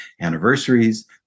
anniversaries